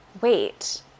wait